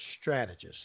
strategist